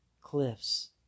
cliffs